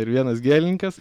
ir vienas gėlininkas